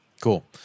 Cool